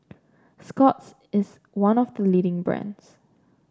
Scott's is one of the leading brands